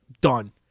Done